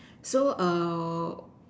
so